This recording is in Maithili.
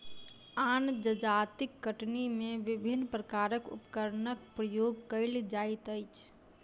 आन जजातिक कटनी मे विभिन्न प्रकारक उपकरणक प्रयोग कएल जाइत अछि